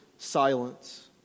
silence